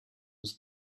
was